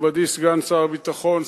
מכובדי סגן שר הביטחון,